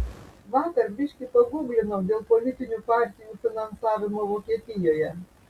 vakar biški pagūglinau dėl politinių partijų finansavimo vokietijoje